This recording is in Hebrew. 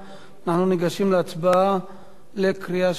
אנחנו ניגשים להצבעה בקריאה שלישית.